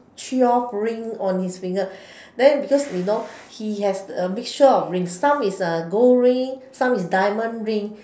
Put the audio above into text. twelve ring on his finger then because you know he has a mixture of ring some is a gold ring some is diamond ring